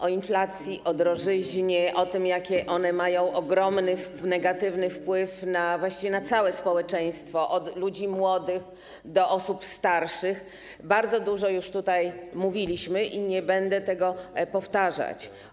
O inflacji, o drożyźnie, o tym, jakie ogromny negatywny wpływ mają one właściwie na całe społeczeństwo - od ludzi młodych do osób starszych - bardzo dużo już tutaj mówiliśmy i nie będę tego powtarzać.